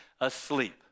asleep